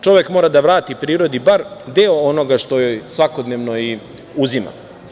Čovek mora da vrati prirodi bar deo onoga što joj svakodnevno i uzima.